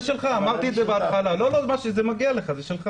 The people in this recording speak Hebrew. זה שלך, אמרתי בהתחלה, מגיע לך.